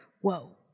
whoa